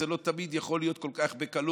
זה לא תמיד יכול להיות כל כך בקלות,